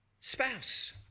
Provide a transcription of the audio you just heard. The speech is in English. spouse